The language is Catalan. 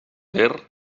ter